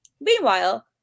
Meanwhile